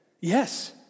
yes